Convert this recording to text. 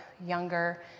Younger